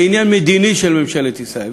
זה עניין מדיני של ממשלת ישראל.